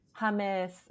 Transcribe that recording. hummus